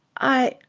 i.